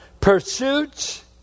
pursuits